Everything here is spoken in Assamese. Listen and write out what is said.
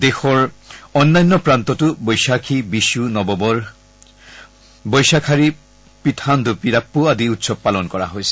দেশৰ অন্যান্য প্ৰান্তটো বৈছাখী বিচু নৱবৰ্ষ বৈচাখাৰী পুঠান্দুপিৰাপ্পু আদি উৎসৱ পালন কৰা হৈছে